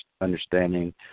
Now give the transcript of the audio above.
understanding